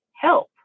help